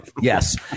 Yes